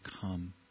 come